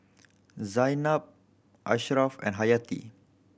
Zaynab Ashraf and Hayati